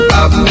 up